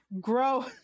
grow